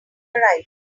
right